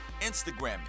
Instagram